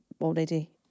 already